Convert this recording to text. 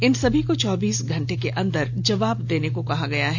इन सभी को चौबीस घंटे के अंदर जवाब देने को कहा गया है